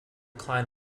client